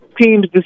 teams